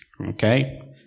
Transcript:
Okay